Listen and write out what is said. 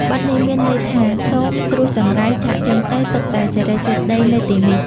បទនេះមានន័យថា សូមគ្រោះចង្រៃចាកចេញទៅ ទុកតែសិរីសួស្ដីនៅទីនេះ។